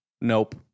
Nope